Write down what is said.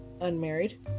unmarried